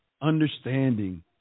understanding